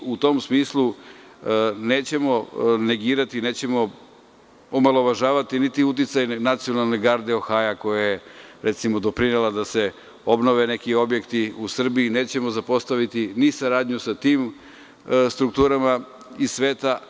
U tom smislu nećemo negirati, nećemo omalovažavati niti uticaj Nacionalne garde Ohaja koja je recimo doprinela da se obnove neki objekti u Srbiji, nećemo zapostaviti ni saradnju sa tim strukturama iz sveta.